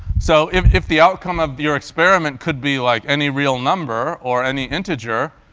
so if if the outcome of your experiment could be like any real number or any integer,